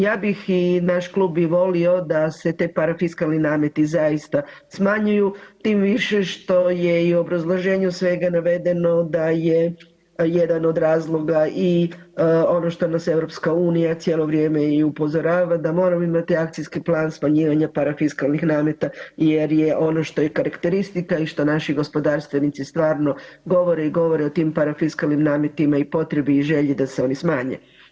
Ja bih i naš bi klub volio da se ti parafiskalni nameti zaista smanjuju tim više što je i u obrazloženju svega navedeno da je jedan od razloga i ono što nas EU cijelo vrijeme i upozorava da moramo imati akcijski plan smanjivanja parafiskalnih nameta, jer je ono što je karakteristika i ono što naši gospodarstvenici stvarno govore i govore o tim parafiskalnim nametima i potrebi i želji da se oni smanje.